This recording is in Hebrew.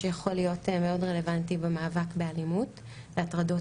שיכול להיות מאוד רלוונטי במאבק באלימות והטרדות